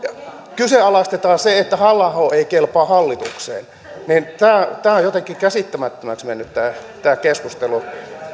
kyseenalaistetaan se että halla aho ei kelpaa hallitukseen on jotenkin käsittämättömäksi mennyt tämä keskustelu